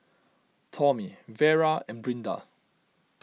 Tommie Vera and Brinda